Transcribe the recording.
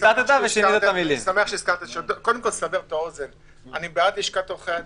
לסבר את האוזן - אני בעד לשכת עורכי הדין.